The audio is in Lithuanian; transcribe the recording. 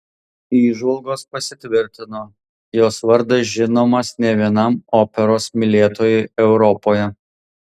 įžvalgos pasitvirtino jos vardas žinomas ne vienam operos mylėtojui europoje